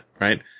right